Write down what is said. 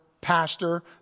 pastor